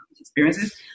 experiences